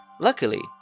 Luckily